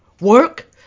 Work